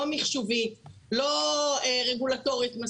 לא מחשובית ולא מספיק רגולטורית,